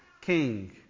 king